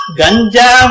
ganja